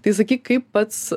tai sakyk kaip pats